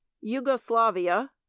yugoslavia